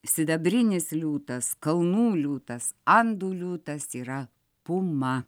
sidabrinis liūtas kalnų liūtas andų liūtas yra puma